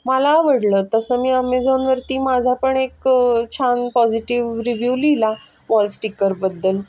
मला आवडलं तसं मी अमेझॉनवरती माझा पण एक छान पॉझिटिव्ह रिव्ह्यू लिहिला वॉलस्टिकरबद्दल